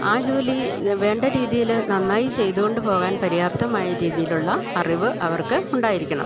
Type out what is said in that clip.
ആ ജോലി വേണ്ട രീതിയിൽ നന്നായി ചെയ്തുകൊണ്ട് പോകാൻ പര്യാപ്തമായ രീതിയിലുള്ള അറിവ് അവർക്ക് ഉണ്ടായിരിക്കണം